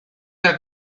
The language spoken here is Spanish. del